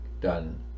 done